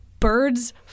birds